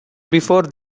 before